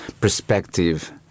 perspective